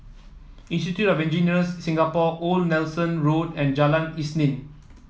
Institute of Engineers Singapore Old Nelson Road and Jalan Isnin